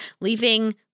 leaving